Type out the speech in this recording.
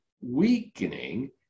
weakening